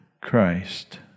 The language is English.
Christ